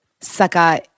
Saka